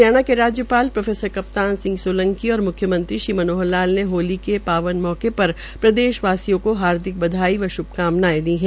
हरियाणा के राज्यपाल प्रो कपनान सिंह सोलंकी और मुख्यमंत्री श्री मनोहर लाल ने होल के पावन अवसर पर प्रदेशवासियों को हार्दिक बधाई व श्भकामनायें दी है